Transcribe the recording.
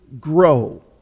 grow